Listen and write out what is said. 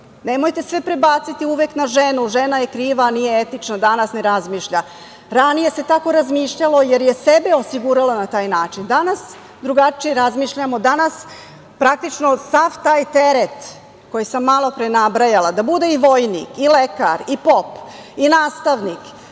Nemojte sve prebaciti uvek na ženu, ženu je kriva, a nije etično danas, ne razmišlja. Ranije se tako razmišljalo jer je sebe osigurala na taj način. Danas drugačije razmišljamo. Danas praktično sav taj teret koji sam malo pre nabrajala, da bude i vojnik i lekar i pop i nastavnik